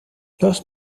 los